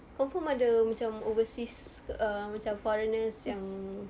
confirm ada macam overseas err macam foreigners yang